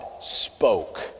spoke